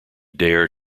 dare